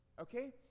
okay